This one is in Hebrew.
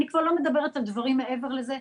אני כבר לא מדברת על דברים מעבר לזה.